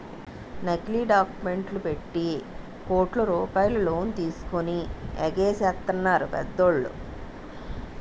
నకిలీ డాక్యుమెంట్లు పెట్టి కోట్ల రూపాయలు లోన్ తీసుకొని ఎగేసెత్తన్నారు పెద్దోళ్ళు